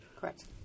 Correct